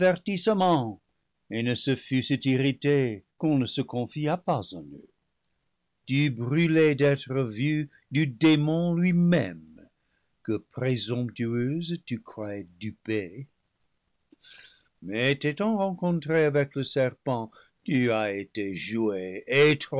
et ne se fussent irrités qu'on ne se confiât pas en eux tu brûlais d'être vue du démon lui-même que présomptueuse tu croyais duper mais t'étant rencontrée avec le serpent tu as été